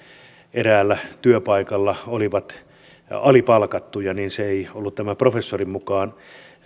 eräällä työpaikalla olivat alipalkattuja niin se ei ollut tämän professorin mukaan